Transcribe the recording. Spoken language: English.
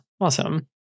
Awesome